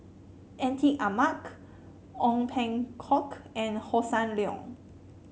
Atin Amat Ong Peng Hock and Hossan Leong